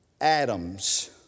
atoms